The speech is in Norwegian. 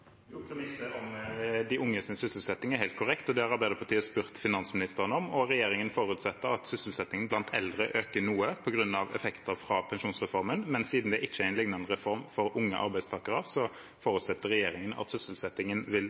Premisset om de unges sysselsetting er helt korrekt. Det har Arbeiderpartiet spurt finansministeren om, og regjeringen forutsetter at sysselsettingen blant eldre øker noe på grunn av effekter fra pensjonsreformen. Men siden det ikke er en liknende reform for unge arbeidstakere, forutsetter regjeringen at sysselsettingen vil